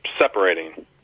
separating